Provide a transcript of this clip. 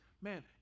Man